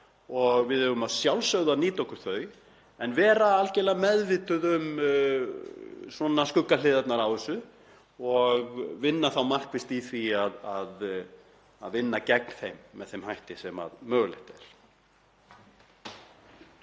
Við eigum að sjálfsögðu að nýta okkur þau en vera algerlega meðvituð um skuggahliðarnar á þessu og vinna þá markvisst í því að vinna gegn þeim á þann hátt sem mögulegt er.